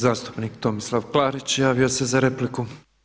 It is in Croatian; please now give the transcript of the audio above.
Zastupnik Tomislav Klarić javio se repliku.